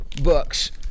books